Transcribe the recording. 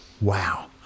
Wow